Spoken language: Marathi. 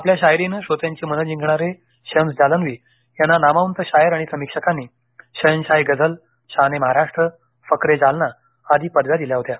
आपल्या शायरीने श्रोत्यांची मने जिंकणारे शम्स जालनवी यांना नामवंत शायर आणि समीक्षकांनी शहनशाह ए गझल शान ए महाराष्ट्र फक्रे जालनाआदी पदव्या दिल्या होत्या